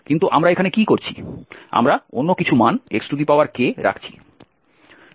আমরা অন্য কিছু মান xk রাখছি